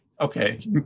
okay